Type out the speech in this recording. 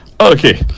Okay